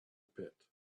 pit